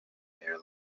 air